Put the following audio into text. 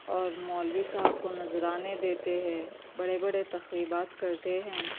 اور مولوی صاحب کو نذرانے دیتے ہے بڑے بڑے تقریبات کرتے ہیں